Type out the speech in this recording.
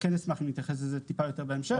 כן אשמח אם להתייחס לזה טיפה יותר בהמשך.